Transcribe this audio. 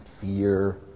fear